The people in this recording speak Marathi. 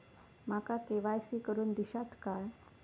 माका के.वाय.सी करून दिश्यात काय?